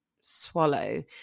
swallow